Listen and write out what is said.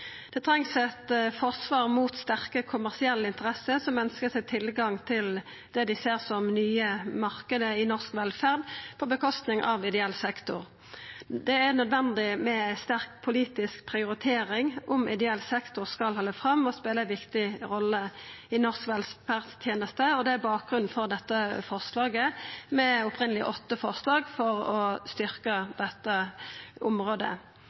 Det trengst eit forsvar mot sterke kommersielle interesser som ønskjer seg tilgang til det dei ser på som nye marknader i norsk velferd, som går ut over ideell sektor. Det er nødvendig med ei sterk politisk prioritering om ideell sektor skal halda fram å spela ei viktig rolle i norske velferdstenester, og det er bakgrunnen for forslaget, med opphavleg åtte forslag for å styrkja dette området.